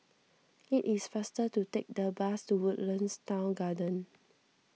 it is faster to take the bus to Woodlands Town Garden